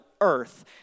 earth